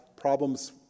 problems